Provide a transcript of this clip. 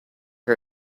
her